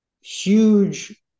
huge